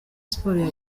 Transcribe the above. sports